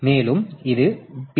மேலும் இது பி